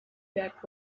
back